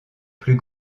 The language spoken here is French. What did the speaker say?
plus